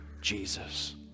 Jesus